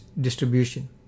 distribution